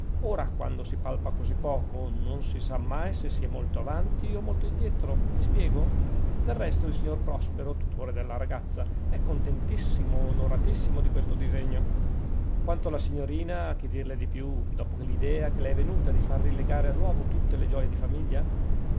ora quando si palpa così poco non si sa mai se si è molto avanti o molto indietro mi spiego del resto il signor prospero tutore della ragazza è contentissimo onoratissimo di questo disegno quanto alla signorina che dirle di più dopo l'idea che le è venuta di far rilegare a nuovo tutte le gioie di famiglia